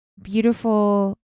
Beautiful